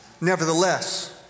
nevertheless